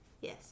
Yes